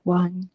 one